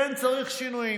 כן, צריך שינויים.